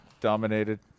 dominated